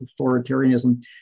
authoritarianism